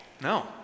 No